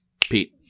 Pete